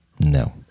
No